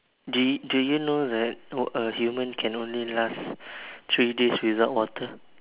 did did you know that human can only last three days without water